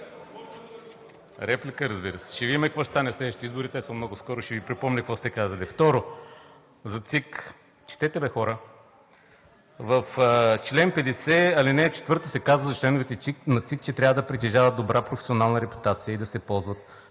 Реплика, разбира се. Ще видим какво ще стане на следващите избори, те са много скоро, и ще Ви припомня какво сте казали. Второ, за ЦИК. Четете бе, хора. В чл. 50, ал. 4 се казва за членовете на ЦИК, че трябва да притежават добра професионална репутация и да се ползват